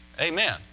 Amen